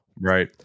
Right